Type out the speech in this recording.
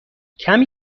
کمی